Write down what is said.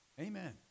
Amen